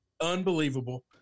Unbelievable